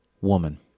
woman